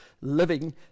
living